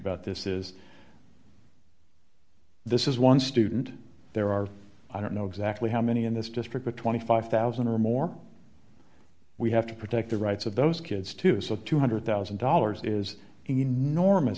about this is this is one student there are i don't know exactly how many in this district or twenty five thousand dollars or more we have to protect the rights of those kids to do so two hundred thousand dollars is enorm